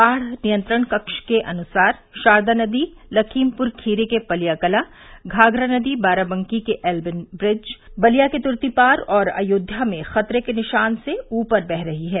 बाढ़ नियंत्रण कक्ष के अनुसार शारदा नदी लखीमपुर खीरी के पलियाकलां घाघरा नदी बाराबंकी के एल्गिन ब्रिज बलिया के तुर्तीपार और अयोध्या में खतरे के निशान से ऊपर बह रही है